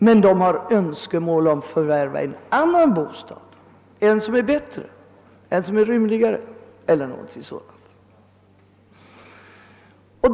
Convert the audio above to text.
Men de har önskemål om att förvärva en annan bostad -— bättre, rymligare eller någonting sådant.